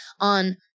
on